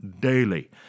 daily